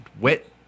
wet